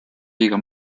liiga